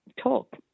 talk